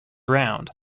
round